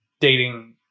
dating